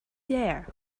there